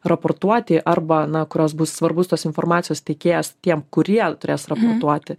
raportuoti arba na kurios bus svarbus tos informacijos teikėjas tiem kurie turės raportuoti